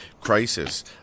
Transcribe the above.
crisis